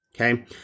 okay